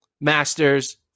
Masters